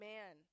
Man